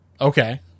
Okay